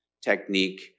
technique